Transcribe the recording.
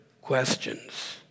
questions